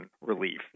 relief